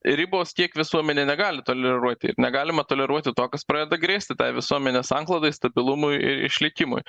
ribos kiek visuomenė negali toleruoti ir negalima toleruoti to kas pradeda grėsti tai visuomenės sanklodai stabilumui ii išlikimui